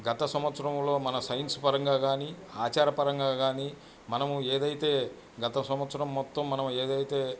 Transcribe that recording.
గత సంవత్సరంలో మన సైన్స్ పరంగా కానీ ఆచార పరంగా కానీ మనము ఏదైతే గత సంవత్సరం మొత్తం మనం ఏదైతే